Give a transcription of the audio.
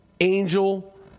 angel